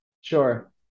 Sure